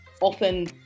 often